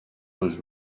was